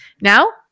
Now-